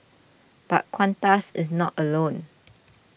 but Qantas is not alone